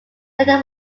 centre